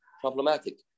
problematic